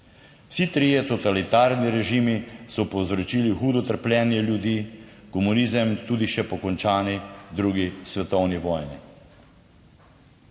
Vsi trije totalitarni režimi so povzročili hudo trpljenje ljudi, komunizem tudi še po končani drugi svetovni vojni.